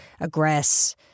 aggress